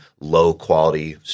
low-quality